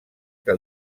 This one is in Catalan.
que